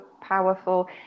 powerful